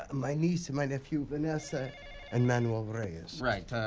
ah my niece and my nephew, vanessa and manuel reyes. right, ah,